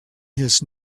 his